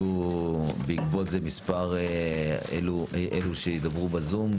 יהיו בעקבות זה מספר אלו שידברו בזום,